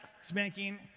spanking